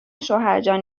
شوهرجان